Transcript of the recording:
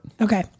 Okay